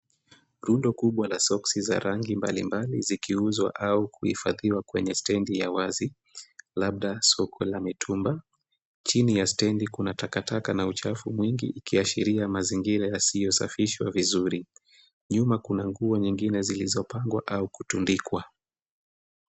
Rundo kubwa la soksi za rangi mbalimbali zikiuzwa au kuhifadhiwa kwenye stendi ya wazi labda soko ya mitumba. Chini ya stendi kuna kuna takataka na uchafu mwingi ikiashiria mazingira isiyosafishwa vizuri. Nyuma kuna nguo nyingine zilizopangwa au kutundikwa.